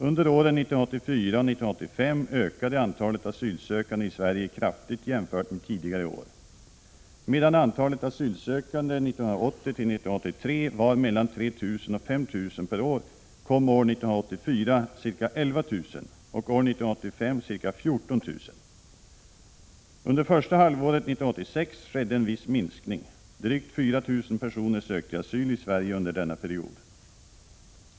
Under åren 1984 och 1985 ökade antalet asylsökande i Sverige kraftigt jämfört med tidigare år. Medan antalet asylsökande 1980-1983 var mellan 3 000 och 5 000 per år kom 1984 ca 11 000 och år 1985 ca 14 000. Under första halvåret 1986 skedde en viss minskning. Drygt 4 000 personer sökte asyl i Sverige under denna period.